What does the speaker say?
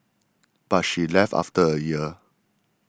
but she left after a year